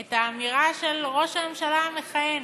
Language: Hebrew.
את האמירה של ראש הממשלה המכהן,